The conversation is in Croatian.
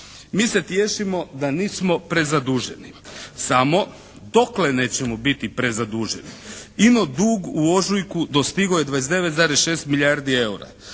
Mi se tješimo da nismo prezaduženi. Samo dokle nećemo biti prezaduženi? Ino dug u ožujku dostigao je 29,6 milijardi eura.